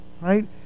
right